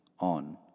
on